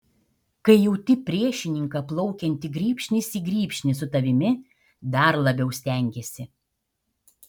kai jauti priešininką plaukiantį grybšnis į grybšnį su tavimi dar labiau stengiesi